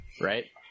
Right